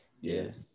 Yes